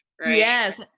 Yes